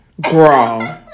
Grow